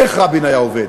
איך רבין היה עובד?